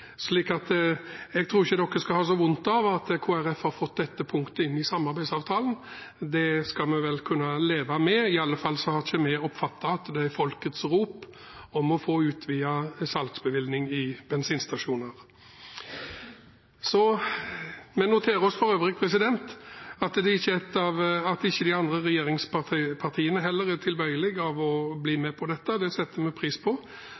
jeg tror ikke man skal ha så vondt av at Kristelig Folkeparti har fått dette punktet inn i samarbeidsavtalen. Det skal vi vel kunne leve med. I alle fall har ikke vi oppfattet at det er folkets rop å få utvidet salgsbevilling til bensinstasjoner. Vi noterer oss for øvrig at heller ikke regjeringspartiene er tilbøyelig til å bli med på dette. Vi setter pris på at vi har et samarbeid på et nivå der vi kan stole på hverandre. Ellers følger vi saksordfører på